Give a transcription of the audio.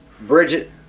Bridget